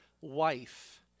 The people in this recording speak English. wife